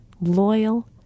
loyal